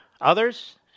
others